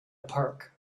park